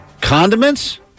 Condiments